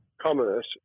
commerce